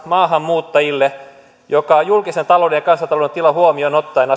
maahanmuuttajille perustoimeentuloturva joka on julkisen talouden ja kansantalouden tila huomioon ottaen